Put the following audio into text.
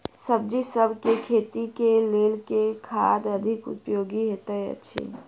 सब्जीसभ केँ खेती केँ लेल केँ खाद अधिक उपयोगी हएत अछि?